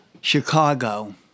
Chicago